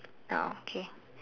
ah okay